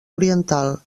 oriental